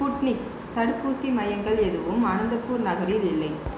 Sputnik தடுப்பூசி மையங்கள் எதுவும் அனந்தபூர் நகரில் இல்லை